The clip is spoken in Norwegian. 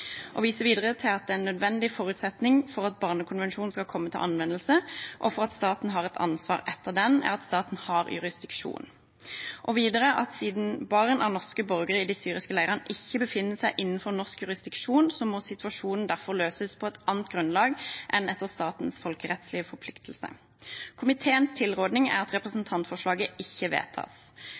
viser videre til at en nødvendig forutsetning for at barnekonvensjonen skal komme til anvendelse, og for at staten har et ansvar etter den, er at staten har jurisdiksjon. Hun viser videre til at siden barn av norske borgere i de syriske leirene ikke befinner seg innenfor norsk jurisdiksjon, må situasjonen derfor løses på et annet grunnlag enn etter statens folkerettslige forpliktelser. Komiteens tilråding er at representantforslaget ikke vedtas.